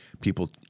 People